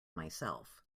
myself